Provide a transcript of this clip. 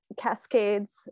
cascades